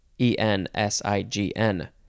E-N-S-I-G-N